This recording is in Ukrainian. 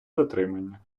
затримання